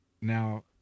Now